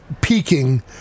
peaking